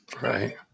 Right